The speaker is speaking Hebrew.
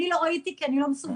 אני לא ראיתי, כי אני לא מסוגלת.